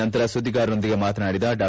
ನಂತರ ಸುದ್ದಿಗಾರೊಂದಿಗೆ ಮಾತನಾಡಿದ ಡಾ